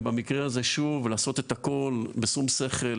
ובמקרה הזה שוב לעשות את הכול בשום שכל,